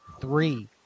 three